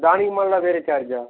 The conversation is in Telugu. దానికి మరల వేరే ఛార్జా